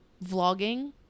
vlogging